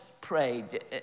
prayed